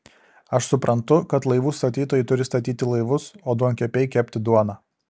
aš suprantu kad laivų statytojai turi statyti laivus o duonkepiai kepti duoną